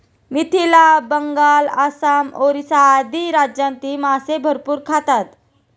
मिथिला, बंगाल, आसाम, ओरिसा आदी राज्यांतही मासे भरपूर खातात